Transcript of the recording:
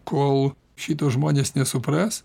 kol šito žmonės nesupras